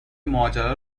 ماجرا